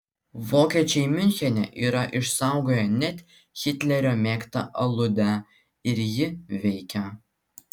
vokiečiai miunchene yra išsaugoję net hitlerio mėgtą aludę ir ji veikia